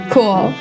Cool